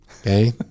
Okay